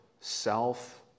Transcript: self